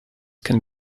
can